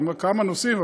עם כמה נושאים,